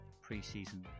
pre-season